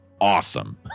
awesome